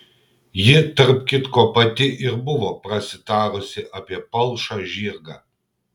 ji tarp kitko pati ir buvo prasitarusi apie palšą žirgą